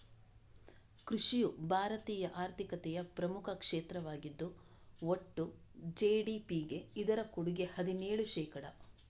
ಕೃಷಿಯು ಭಾರತೀಯ ಆರ್ಥಿಕತೆಯ ಪ್ರಮುಖ ಕ್ಷೇತ್ರವಾಗಿದ್ದು ಒಟ್ಟು ಜಿ.ಡಿ.ಪಿಗೆ ಇದರ ಕೊಡುಗೆ ಹದಿನೇಳು ಶೇಕಡಾ